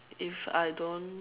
if I don't